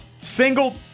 single